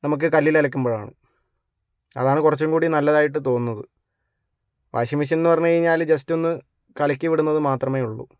നമുക്ക് കല്ലില് അലക്കുമ്പോഴാണ് അതാണ് കുറച്ചും കൂടി നല്ലതായിട്ട് തോന്നുന്നത് വാഷിംഗ് മഷീന് എന്നു പറഞ്ഞു കഴിഞ്ഞാൽ ജെസ്റ്റ് ഒന്ന് കലക്കി വിടുന്നതു മാത്രമേ ഉള്ളൂ